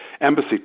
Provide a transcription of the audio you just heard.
embassy